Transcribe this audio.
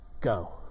Go